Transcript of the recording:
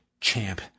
champ